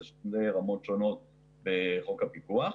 ואלה שתי רמות שונות בחוק הפיקוח.